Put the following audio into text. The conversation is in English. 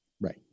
right